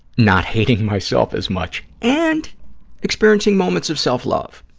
not hating myself as much and experiencing moments of self-love,